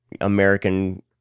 American